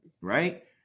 Right